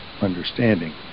understanding